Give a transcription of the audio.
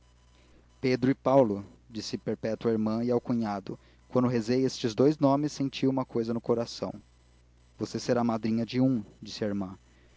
pedro e paulo disse perpétua à irmã e ao cunhado quando rezei estes dous nomes senti uma cousa no coração você será madrinha de um disse a irmã